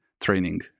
training